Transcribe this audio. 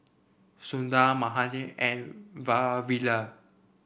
Sundar Mahade and Vavilala